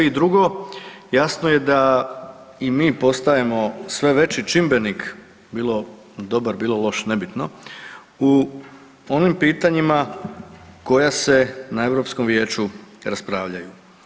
I drugo jasno je da i mi postajemo sve veći čimbenik bilo dobar, bilo loš nebitno u onim pitanjima koja se na Europskom vijeću raspravljaju.